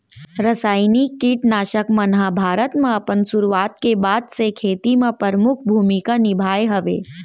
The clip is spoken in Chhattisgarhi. रासायनिक किट नाशक मन हा भारत मा अपन सुरुवात के बाद से खेती मा परमुख भूमिका निभाए हवे